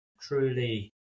truly